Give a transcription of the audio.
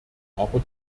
aber